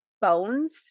bones